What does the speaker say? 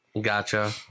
Gotcha